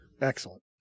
Excellent